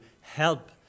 help